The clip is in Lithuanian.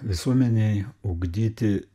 visuomenei ugdyti